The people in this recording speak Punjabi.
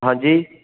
ਹਾਂਜੀ